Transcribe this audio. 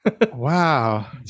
wow